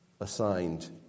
assigned